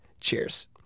Cheers